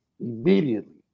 immediately